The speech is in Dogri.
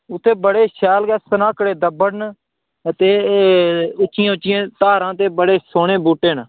उत्थै बड़े शैल गै सनाह्कड़े दब्बड़ न ते उच्चियां उच्चियां धारां ते बड़े सोह्ने बूह्टे न